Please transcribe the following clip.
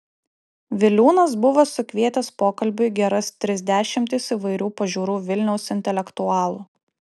viliūnas buvo sukvietęs pokalbiui geras tris dešimtis įvairių pažiūrų vilniaus intelektualų